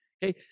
Hey